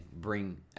bring